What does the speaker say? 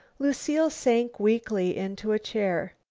lucile sank weakly into a chair.